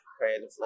creatively